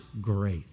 great